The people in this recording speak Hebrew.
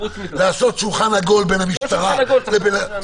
לעשות שולחן עגול בין המשטרה לבין פיקוד העורף.